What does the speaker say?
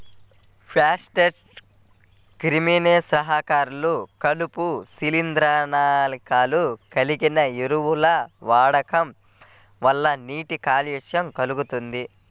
ఫాస్ఫేట్లు, క్రిమిసంహారకాలు, కలుపు, శిలీంద్రనాశకాలు కలిగిన ఎరువుల వాడకం వల్ల నీటి కాలుష్యం కల్గుతుంది